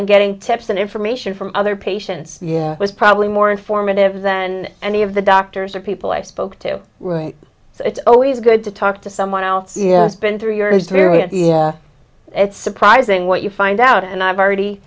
and getting tips and information from other patients was probably more informative than any of the doctors or people i spoke to so it's always good to talk to someone else has been through your is very idea it's surprising what you find out and i've already